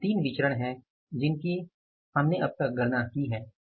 तो ये 3 विचरण हैं जिनकी हम अब तक गणना कर पाए हैं